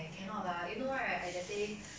ya I wanted to buy the shoe nevermind